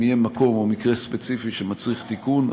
אם יהיה מקום או מקרה ספציפי שמצריך תיקון,